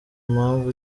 mpamvu